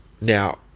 now